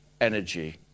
energy